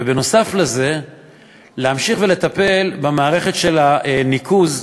ונוסף על זה להמשיך ולטפל במערכת הניקוז,